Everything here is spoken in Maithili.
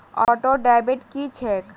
ऑटोडेबिट की छैक?